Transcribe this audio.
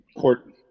court